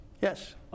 Yes